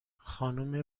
خانم